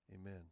Amen